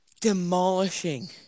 demolishing